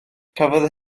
cafodd